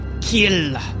Kill